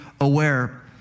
aware